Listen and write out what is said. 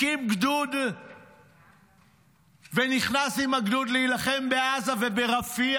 הקים גדוד ונכנס עם הגדוד להילחם בעזה וברפיח,